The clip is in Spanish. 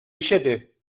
billete